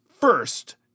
first